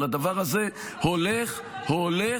אבל הדבר הזה הולך ומחמיר.